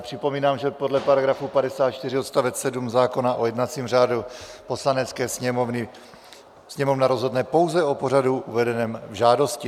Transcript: Připomínám, že podle § 54 odst. 7 zákona o jednacím řádu Poslanecké sněmovny Sněmovna rozhodne pouze o pořadu, uvedeném v žádosti.